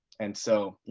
and so, you